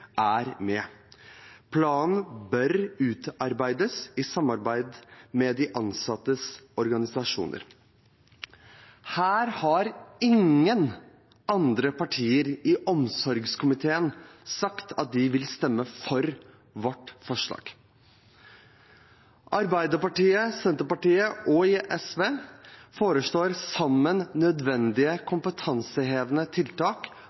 er med. Planen bør utarbeides i samarbeid med de ansattes organisasjoner. Her har ingen andre partier i helse- og omsorgskomiteen sagt at de vil stemme for vårt forslag. Arbeiderpartiet, Senterpartiet og SV foreslår sammen nødvendige kompetansehevende tiltak